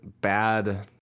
bad